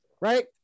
right